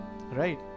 right